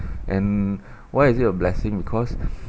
and why is it a blessing because